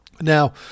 Now